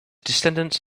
descendants